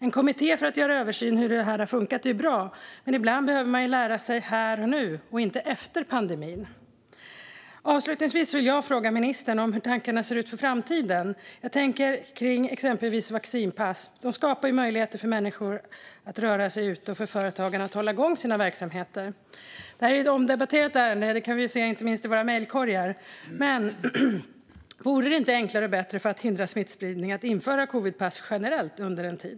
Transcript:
En kommitté för att göra en översyn av hur det har funkat är bra, men ibland behöver man lära sig här och nu och inte efter pandemin. Avslutningsvis vill jag fråga ministern hur tankarna ser ut för framtiden, exempelvis gällande vaccinpass som skapar möjligheter för människor att röra sig ute och för företagare att hålla igång sina verksamheter. Det här är ett omdebatterat ämne; det kan vi se inte minst i våra mejlkorgar. Men vore det inte enklare och bättre för att hindra smittspridning att införa covidpass generellt under en tid?